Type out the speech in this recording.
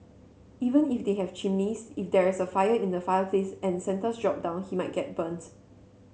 even if they have chimneys if there is a fire in the fireplace and Santa's drop down he might get burnt